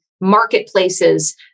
marketplaces